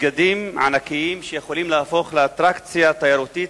מסגדים ענקיים שיכולים להפוך לאטרקציה תיירותית,